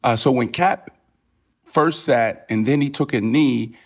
ah so when kap first sat, and then he took a knee,